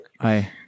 Hi